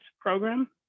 program